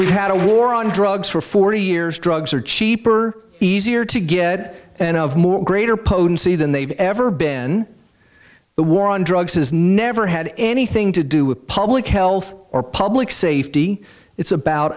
we've had a war on drugs for forty years drugs are cheaper easier to get and of more greater potency than they've ever been the war on drugs has never had anything to do with public health or public safety it's about